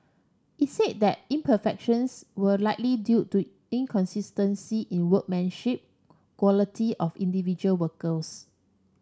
it said that imperfections were likely due to inconsistency in workmanship quality of individual workers